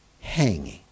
hanging